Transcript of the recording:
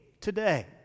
today